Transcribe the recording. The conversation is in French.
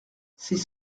ces